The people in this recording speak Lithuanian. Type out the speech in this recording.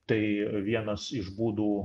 tai vienas iš būdų